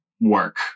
work